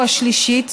או השלישית,